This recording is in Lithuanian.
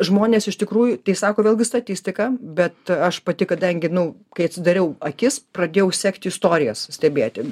žmonės iš tikrųjų tai sako vėlgi statistika bet aš pati kadangi nu kai atsidariau akis pradėjau sekti istorijas stebėti